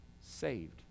saved